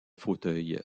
fauteuils